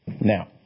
Now